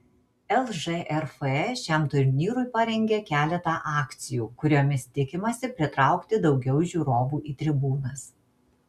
lžrf šiam turnyrui parengė keletą akcijų kuriomis tikimasi pritraukti daugiau žiūrovų į tribūnas